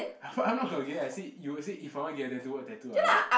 I'm not I'm not gonna get I said you said if I wanna get a tattoo what tattoo I get